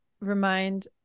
remind